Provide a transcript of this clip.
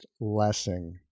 lessing